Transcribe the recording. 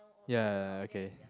ya ya ya okay